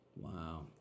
Wow